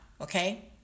okay